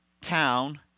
town